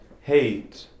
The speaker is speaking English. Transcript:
hate